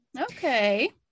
Okay